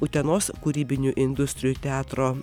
utenos kūrybinių industrijų teatro